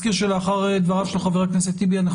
שלום וברכה, תודה רבה על ההזמנה.